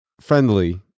friendly